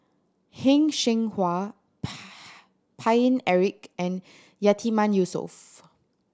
Heng Cheng Hwa Paine Eric and Yatiman Yusof